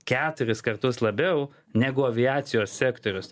keturis kartus labiau negu aviacijos sektorius